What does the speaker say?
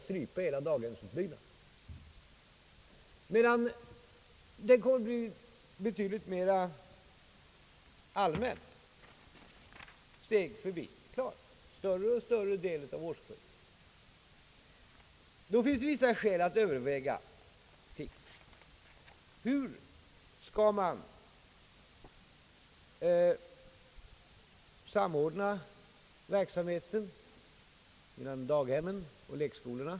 Förskolan kommer emellertid att bli betydligt mera allmän, större och större del av årskullarna kommer att gå i förskola. Då finns vissa skäl att överväga hur man skall samordna verksamheten inom daghemmen och lekskolorna.